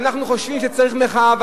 אנחנו חושבים שצריכה להיות מחאה.